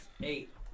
Eight